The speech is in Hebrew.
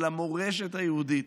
של המורשת היהודית,